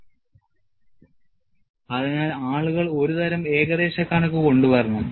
Extension of NLEFM to EPFM അതിനാൽ ആളുകൾ ഒരുതരം ഏകദേശ കണക്ക് കൊണ്ടുവരണം